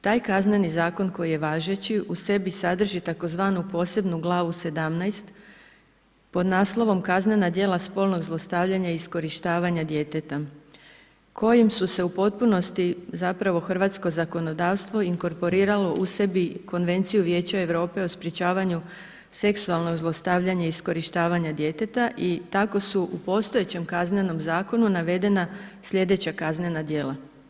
Taj Kazneni zakon koji je važeći u sebi sadrži tzv. posebnu glavu 17 pod naslovom Kaznena djela spolnog zlostavljanja i iskorištavanja djeteta kojim su se u potpunosti zapravo hrvatsko zakonodavstvo inkorporiralo u sebi Konvenciju Vijeća Europe u sprječavanju seksualnog zlostavljanja i iskorištavanja djeteta i tako su u postojećem kaznenom zakonu navedena slijedeća kaznena djela.